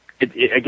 Again